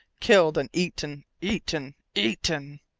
killed and eaten eaten eaten!